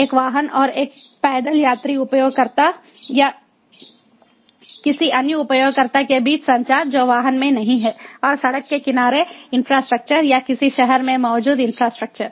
एक वाहन और एक पैदल यात्री उपयोगकर्ता या किसी अन्य उपयोगकर्ता के बीच संचार जो वाहन में नहीं है और सड़क के किनारे इंफ्रास्ट्रक्चर या किसी शहर में मौजूदा इंफ्रास्ट्रक्चर